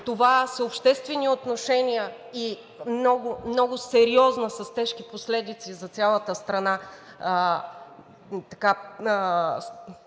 това са обществени отношения и много сериозна, с тежки последици за цялата страна,